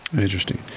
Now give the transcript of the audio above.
Interesting